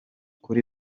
kuri